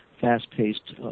fast-paced